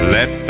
Let